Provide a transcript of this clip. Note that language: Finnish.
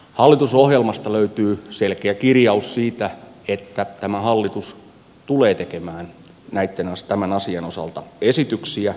hallitusohjelmasta löytyy selkeä kirjaus siitä että tämä hallitus tulee tekemään tämän asian osalta esityksiä